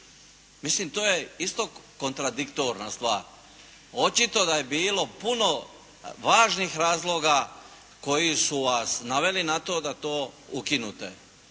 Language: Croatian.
Mislim, to je isto kontradiktorna stvar. Očito da je bilo puno važnih razloga koji su vas naveli na to da to ukinete